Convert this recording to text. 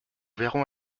verrons